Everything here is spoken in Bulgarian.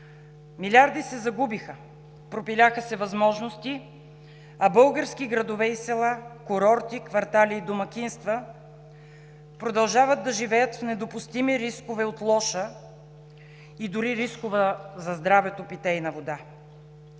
Милиарди се загубиха, пропиляха се възможности, а български градове и села, курорти, квартали и домакинства продължават да живеят в недопустими рискове от лоша и дори рискова за здравето питейна вода.